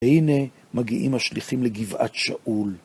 והנה מגיעים השליחים לגבעת שאול.